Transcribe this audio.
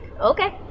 okay